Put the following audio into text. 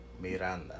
Miranda